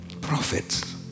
prophets